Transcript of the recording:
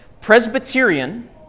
Presbyterian